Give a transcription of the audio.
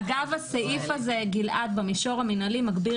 אגב הסעיף הזה במישור המינהלי מגביר